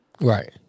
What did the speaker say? Right